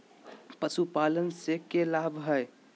पशुपालन से के लाभ हय?